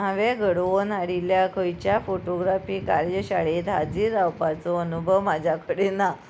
हांवें घडोवन हाडिल्ल्या खंयच्या फोटोग्राफी कार्यशाळेंत हाजीर रावपाचो अनुभव म्हाज्या कडेन ना